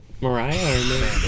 Mariah